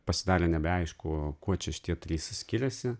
pasidarė nebeaišku kuo čia šitie trys skiriasi